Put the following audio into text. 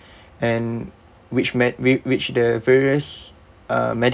and which me~ with which the various uh medi~